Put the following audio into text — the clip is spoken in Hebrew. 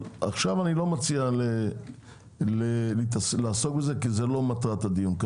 עכשיו אני לא מציע לעסוק בזה כי זה לא מטרת הדיון.